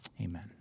Amen